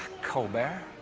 colbert?